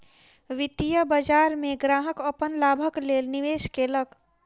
वित्तीय बाजार में ग्राहक अपन लाभक लेल निवेश केलक